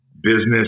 business